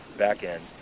backend